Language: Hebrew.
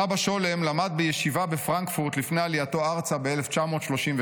סבא שולם למד בישיבה בפרנקפורט לפני עלייתו ארצה ב-1936.